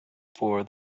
for